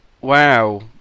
wow